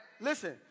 Listen